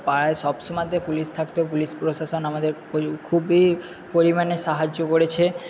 পাড়ায় সবসময়তে পুলিশ থাকতো পুলিশ প্রশাসন আমাদের খুবই পরিমাণে সাহায্য করেছে